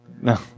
No